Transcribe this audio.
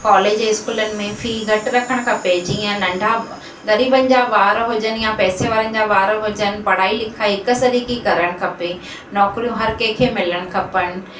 college स्कूलनि में fee घटि रखणु खपे जीअं नंढा ग़रीबनि जा ॿार हुजनि या पैसे वारनि जा ॿार हुजनि पढ़ाई लिखाई हिकु सरिखी करणु खपे नौकरियूं हर कंहिंखे मिलणु खपनि